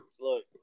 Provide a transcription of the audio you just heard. look